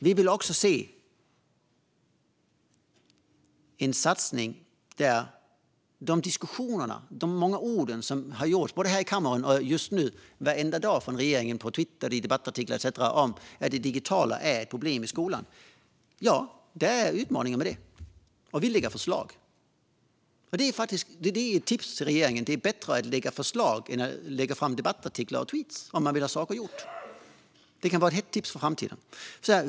Vi vill också se en satsning på det som det kommer diskussioner och många ord om från regeringen, både här i kammaren just nu och varenda dag på Twitter och i debattartiklar etcetera: att det digitala är ett problem i skolan. Ja, det är utmaningar med det. Och vi lägger fram förslag. Det är ett tips till regeringen: Det är bättre att lägga fram förslag än att skriva debattartiklar och twittra om man vill ha saker gjorda. Det kan vara ett hett tips för framtiden.